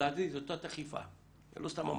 לדעתי זו תת-אכיפה ולא סתם אמרתי.